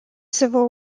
civil